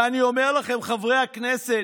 ואני אומר לכם, חברי הכנסת,